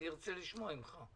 ארצה לשמוע ממך.